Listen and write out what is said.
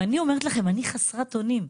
ואני אומרת לכם: אני חסרת אונים.